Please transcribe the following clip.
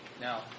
Now